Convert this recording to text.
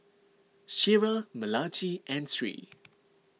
Syirah Melati and Sri